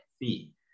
fee